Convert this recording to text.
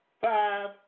five